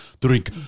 drink